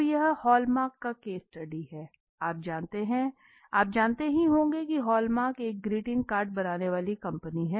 अब यह Hallmark का केस स्टडी है आप जानते हैं होंगे कि हॉलमार्क एक ग्रीटिंग कार्ड बनाने वाली कंपनी है